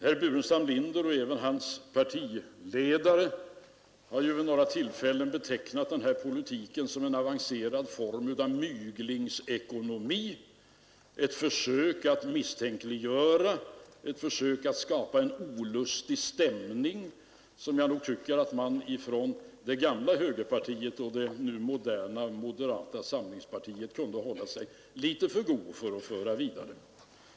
Herr Burenstam Linder och även hans partiledare har vid några tillfällen betecknat vår ekonomiska politik som en avancerad form av myglingsekonomi, ett försök att misstänkliggöra, ett försök att skapa en olustig stämning, påståenden som jag tycker att man i det gamla högerpartiet och i det moderna moderata samlingspartiet kunde hålla sig för god för att föra vidare.